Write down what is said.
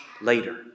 later